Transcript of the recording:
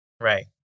Right